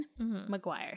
McGuire